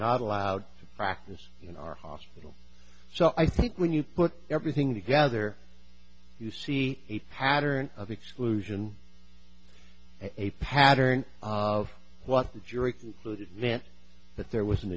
not allowed to practice in our hospital so i think when you put everything together you see a pattern of exclusion a pattern of what the jury meant that there was an